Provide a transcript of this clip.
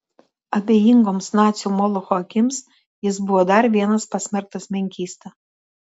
abejingoms nacių molocho akims jis buvo dar vienas pasmerktas menkysta